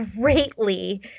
greatly